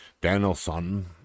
Danielson